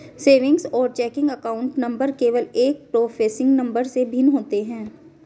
savings और checking account number केवल एक प्रीफेसिंग नंबर से भिन्न होते हैं